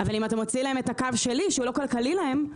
אבל אם אתה מוציא להם את הקו שלי שהוא לא כלכלי להם,